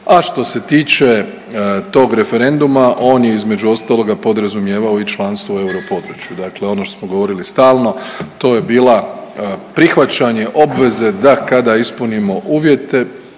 A što se tiče tog referenduma on je između ostaloga podrazumijevao i članstvo u europodručju. Dakle, ono što smo govorili stalno to je bila prihvaćanje obveze da kada ispunimo uvjete